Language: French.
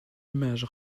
image